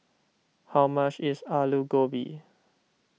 how much is Alu Gobi